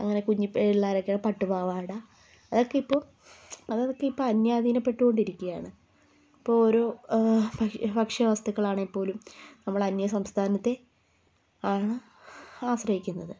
അങ്ങനെ കുഞ്ഞു പിള്ളേരൊക്കെ പാട്ടുപാവാട അതൊക്കെയിപ്പോൾ അതൊക്കെയിപ്പോൾ അന്യാധീന പെട്ടുകൊണ്ടിരിക്കുകയാണ് ഇപ്പോൾ ഓരോ ബ ഭക്ഷ്യ വസ്തുക്കളാണെങ്കിൽ പോലും നമ്മൾ അന്യ സംസ്ഥാനത്തെ ആണ് ആശ്രയിക്കുന്നത്